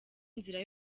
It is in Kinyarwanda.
nzira